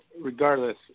regardless